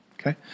okay